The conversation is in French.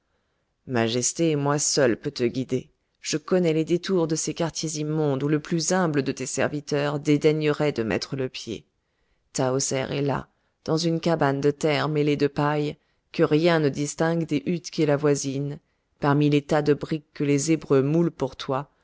majesté moi seule peux te guider je connais les détours de ces quartiers immondes où le plus humble de tes serviteurs dédaignerait de mettre le pied tahoser est là dans une cabane de terre mêlée de paille que rien ne distingue des huttes qui l'avoisinent parmi les tas de briques que les hébreux moulent pour toi